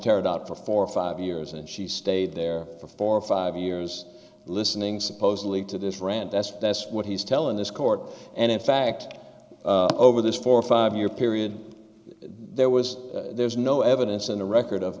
teradata for four or five years and she stayed there for four or five years listening supposedly to this rant as that's what he's telling this court and in fact over this four or five year period there was there's no evidence in the record of